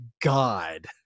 God